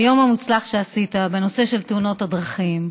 היום המוצלח שעשית בנושא של תאונות הדרכים,